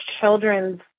children's